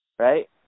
right